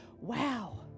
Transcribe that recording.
wow